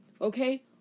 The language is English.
okay